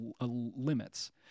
limits